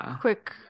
quick